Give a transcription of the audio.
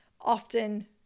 often